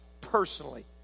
personally